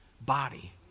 body